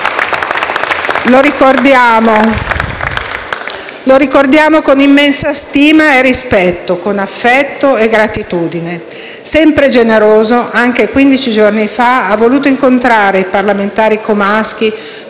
Lo ricordiamo con immensa stima e rispetto, con affetto e gratitudine. Sempre generoso, anche quindici giorni fa ha voluto incontrare i parlamentari comaschi